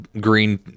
green